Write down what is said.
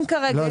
אם כרגע --- לא,